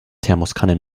thermoskanne